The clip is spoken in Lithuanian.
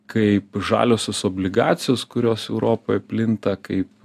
kaip žaliosios obligacijos kurios europoj plinta kaip